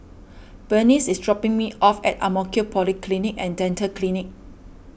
Bernice is dropping me off at Ang Mo Kio Polyclinic and Dental Clinic